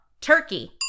turkey